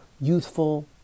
youthful